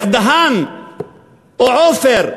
עופר,